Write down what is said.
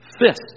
fists